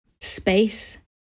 space